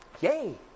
Yay